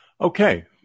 Okay